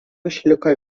išliko